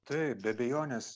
taip be abejonės